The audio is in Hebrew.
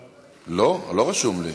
לא, לא רשום לי.